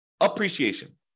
appreciation